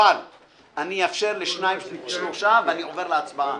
אבל אני אאפשר לשניים-שלושה ואני עובר להצבעה.